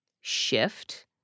shift